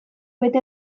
bete